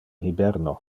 hiberno